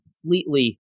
completely